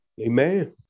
Amen